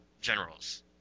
generals